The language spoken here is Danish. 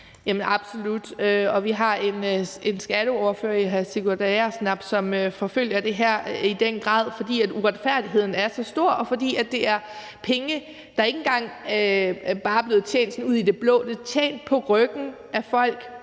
Agersnap en skatteordfører, som i den grad forfølger det her, fordi uretfærdigheden er så stor, og fordi det er penge, der ikke engang bare sådan er blevet tjent ud af det blå, men de er tjent på ryggen af folk